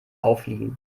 auffliegen